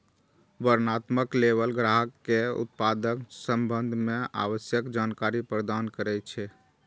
वर्णनात्मक लेबल ग्राहक कें उत्पादक संबंध मे आवश्यक जानकारी प्रदान करै छै